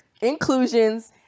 inclusions